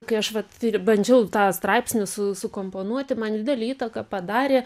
kai aš vat ir bandžiau tą straipsnį su sukomponuoti man didelę įtaką padarė